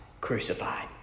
crucified